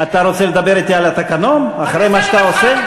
אתה רוצה לדבר אתי על התקנון, אחרי מה שאתה עושה?